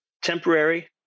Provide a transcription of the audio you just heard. temporary